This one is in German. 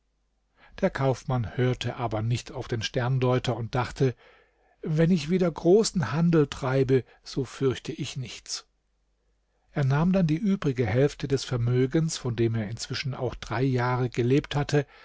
der kaufmann hörte aber nicht auf den sterndeuter und dachte wenn ich wieder großen handel treibe so fürchte ich nichts er nahm dann die übrige hälfte des vermögens von dem er inzwischen auch drei jahre gelebt hatte